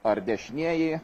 ar dešinieji